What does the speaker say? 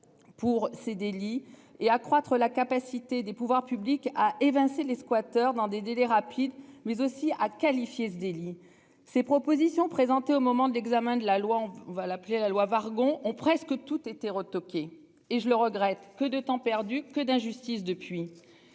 Pour ces délits et accroître la capacité des pouvoirs publics à évincer les squatteurs dans des délais rapides mais aussi à qualifié ce délit ces propositions présentées au moment de l'examen de la loi, on va l'appeler la loi Wargon ont presque toutes été retoqué et je le regrette que de temps perdu que d'injustice depuis